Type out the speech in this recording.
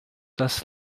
das